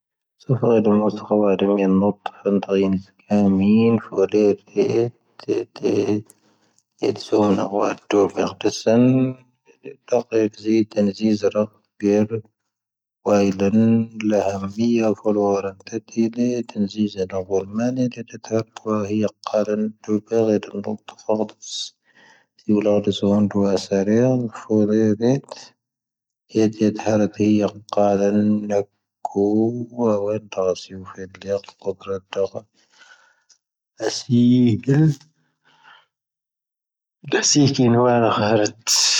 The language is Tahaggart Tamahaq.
ⵡⴰⵡⴰⴷ ⵜ'ⴰⵙⵉⴼⵉⴷ ⵍⵉⴰⵜⵡoⴽⵔⴰⵜ ⵜ'ⴰⴽⵀⴰⵜ. ⴰⵙⵉⴳⴻ. ⴷⴰⵙⵉⴳⴻ ⵏⵡⴰⵏⴰ ⴽⵀⴰⵔⴰⵜ.